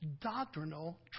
doctrinal